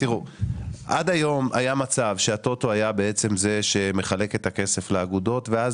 עד היום היה מצב שה-טוטו היה זה במחלק את הכסף לאגודות ואז